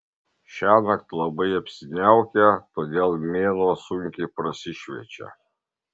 šiąnakt labai apsiniaukę todėl mėnuo sunkiai prasišviečia